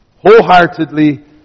wholeheartedly